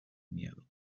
miedo